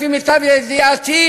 לפי מיטב ידיעתי,